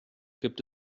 gibt